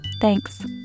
Thanks